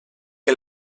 que